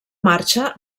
marxa